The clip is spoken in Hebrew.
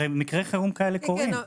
הרי מקרי חירום כאלה קורים.